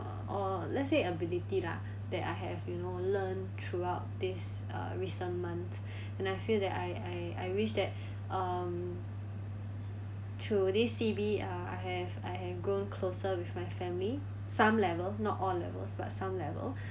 or let's say ability lah that I have you know learnt throughout this uh recent month and I feel that I I wish that um through this C_B uh I have I have gone closer with my family some level not all levels but some level